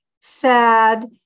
sad